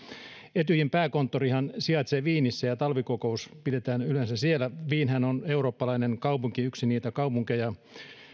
etyjin pääkonttorihan sijaitsee wienissä ja talvikokous pidetään yleensä siellä wienhän on eurooppalainen kaupunki yksi niitä kaupunkeja